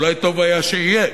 אולי טוב היה שיהיה,